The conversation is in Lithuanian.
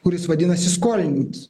kuris vadinasi skolinimas